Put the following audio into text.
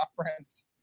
conference